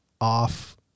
off